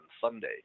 Sunday